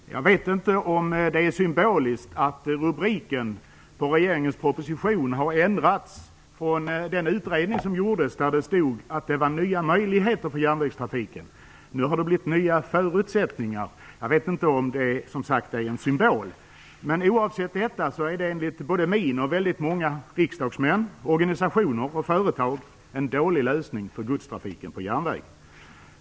Herr talman! Jag vet inte om det är symboliskt att rubriken på regeringens proposition har ändrats. På den utredning som gjordes stod det Nya möjligheter för järnvägstrafiken. Nu har det blivit Nya förutsättningar för järnvägstrafiken. Jag vet som sagt inte om det är symboliskt. Oavsett detta är det enligt min mening och enligt väldigt många riksdagsmän, organisationer och företag en dålig lösning för godstrafiken på järnvägen.